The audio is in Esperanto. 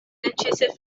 senĉese